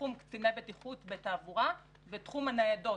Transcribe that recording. תחום קציני בטיחות בתעבורה ותחום הניידות,